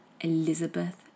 Elizabeth